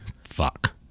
fuck